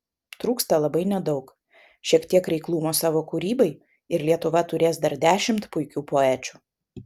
trūksta labai nedaug šiek tiek reiklumo savo kūrybai ir lietuva turės dar dešimt puikių poečių